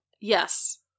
Yes